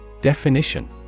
Definition